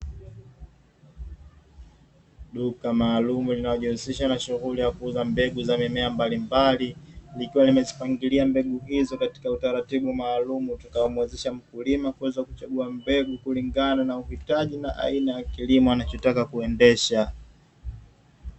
Duka maalumu linalojishughulisha na kuuza mbegu za mimea mbalimbali, likiwa limezipangaalia mbegu izo katika utaratibu maalumu, utakawo mwezesha mkulima kuweza kuchagua mbegu, kulingana na uhitaji na aina ya kilimo anachotaka kuendesha.